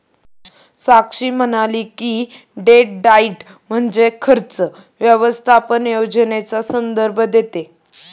साक्षी म्हणाली की, debt diet म्हणजे कर्ज व्यवस्थापन योजनेचा संदर्भ देतं